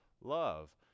love